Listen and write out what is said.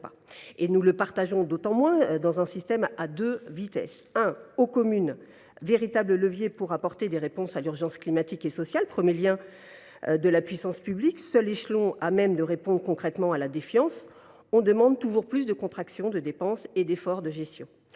Nous la partageons d’autant moins dans un système à deux vitesses. Aux communes, véritables leviers pour apporter des réponses à l’urgence climatique et sociale, premier lien de la puissance publique, seul échelon à même de répondre concrètement à la défiance, on demande toujours plus de contractions des dépenses et d’efforts de gestion.